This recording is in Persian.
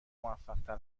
موفقتر